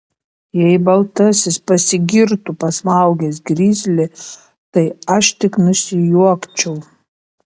jei baltasis pasigirtų pasmaugęs grizlį tai aš tik nusijuokčiau